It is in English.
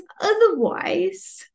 otherwise